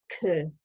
curse